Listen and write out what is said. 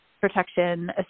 protection